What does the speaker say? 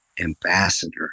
Ambassador